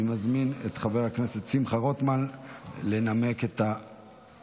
אני מזמין את חבר הכנסת שמחה רוטמן לנמק את ההצעה.